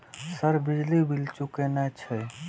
Sir बिजली bill चूकेना छे?